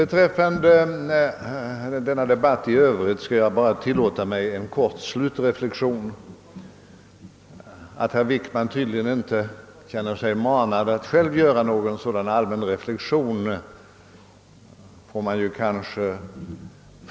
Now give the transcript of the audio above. Beträffande denna debatt i övrigt skall jag tillåta mig att göra en kortfattad slutreflexion. Man får kanske förstå att herr Wickman inte känner sig manad att komma med någon sådan allmän betraktelse.